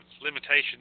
limitations